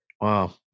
Wow